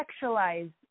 sexualize